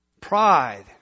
Pride